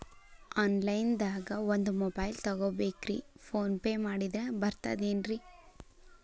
Online ದಾಗ ಒಂದ್ mobile ತಗೋಬೇಕ್ರಿ ಫೋನ್ ಪೇ ಮಾಡಿದ್ರ ಬರ್ತಾದೇನ್ರಿ?